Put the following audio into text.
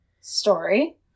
story